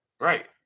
Right